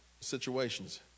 situations